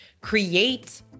create